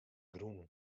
grûn